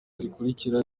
zikurikira